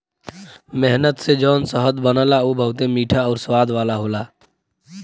मेहनत से जौन शहद बनला उ बहुते मीठा आउर स्वाद वाला होला